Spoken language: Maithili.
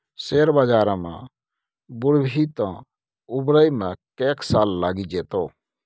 शेयर बजार मे बुरभी तँ उबरै मे कैक साल लगि जेतौ